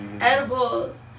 Edibles